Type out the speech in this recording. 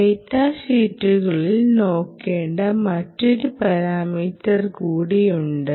data ഷീറ്റുകളിൽ നോക്കേണ്ട മറ്റൊരു പരാമീറ്റർ കൂടി ഉണ്ട്